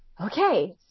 Okay